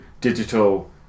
digital